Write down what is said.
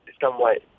somewhat